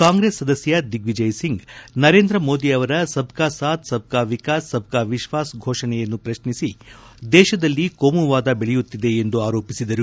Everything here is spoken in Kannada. ಕಾಂಗ್ರೆಸ್ ಸದಸ್ಯ ದಿಗ್ವಜಯ್ ಸಿಂಗ್ ನರೇಂದ್ರ ಮೋದಿ ಅವರ ಸಬ್ ಕಾ ಸಾಥ್ ಸಬ್ ಕಾ ವಿಕಾಸ್ ಸಬ್ ಕಾ ವಿಶ್ವಾಸ್ ಘೋಷಣೆಯನ್ನು ಪ್ರಶ್ನಿಸಿ ದೇಶದಲ್ಲಿ ಕೋಮುವಾದ ಬೆಳೆಯುತ್ತಿದೆ ಎಂದು ಆರೋಪಿಸಿದರು